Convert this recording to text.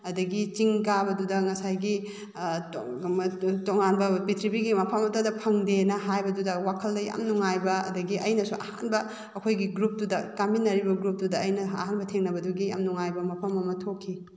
ꯑꯗꯒꯤ ꯆꯤꯡ ꯀꯥꯕꯗꯨꯗ ꯉꯁꯥꯏꯒꯤ ꯇꯣꯉꯥꯟꯕ ꯄ꯭ꯔꯤꯊꯤꯕꯤꯒꯤ ꯃꯐꯝ ꯑꯝꯇꯗ ꯐꯪꯗꯦꯅ ꯍꯥꯏꯕꯗꯨꯗ ꯋꯥꯈꯜꯗ ꯌꯥꯝ ꯅꯨꯡꯉꯥꯏꯕ ꯑꯗꯒꯤ ꯑꯩꯅꯁꯨ ꯑꯍꯥꯟꯕ ꯑꯩꯈꯣꯏꯒꯤ ꯒ꯭ꯔꯨꯞꯇꯨꯗ ꯀꯥꯃꯤꯟꯅꯔꯤꯕ ꯒ꯭ꯔꯨꯞꯇꯨꯗ ꯑꯩꯅ ꯑꯍꯥꯟꯕ ꯊꯦꯡꯅꯕꯗꯨꯒꯤ ꯌꯥꯝ ꯅꯨꯡꯉꯥꯏꯕ ꯃꯐꯝ ꯑꯃ ꯊꯣꯛꯈꯤ